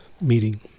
meeting